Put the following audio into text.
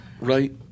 right